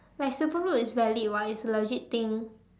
like super glue is valid [what] it's a legit thing